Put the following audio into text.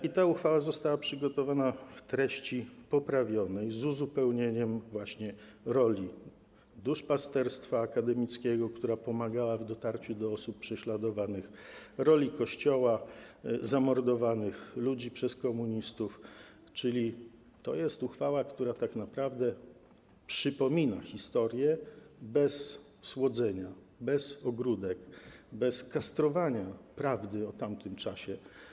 I ta uchwała została przygotowana z treścią poprawioną, z uzupełnieniem właśnie o rolę duszpasterstwa akademickiego, które pomagało w dotarciu do osób prześladowanych, o rolę Kościoła, ludzi zamordowanych przez komunistów, czyli to jest uchwała, która tak naprawdę przypomina historię bez słodzenia, bez ogródek, bez kastrowania prawdy o tamtym czasie.